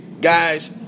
Guys